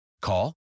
Call